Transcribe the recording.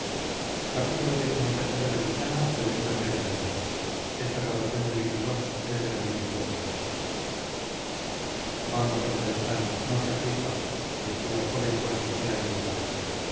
vamos d beltrán no se aflija le decía el joven con sincera y honda lástima